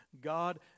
God